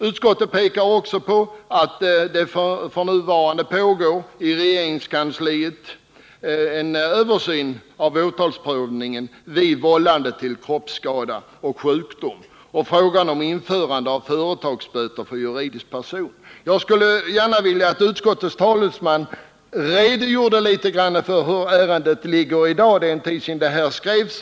Utskottet pekar också på att det i regeringskansliet f. n. pågår en översyn av frågan om åtalsprövningen vid vållande av kroppsskada och sjukdom och frågan om införande av företagsböter för juridisk person. Jag skulle gärna vilja att utskottets talesman redogjorde något närmare för hur långt detta arbete framskridit — det har ju gått en tid sedan betänkandet skrevs.